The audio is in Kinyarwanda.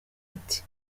ati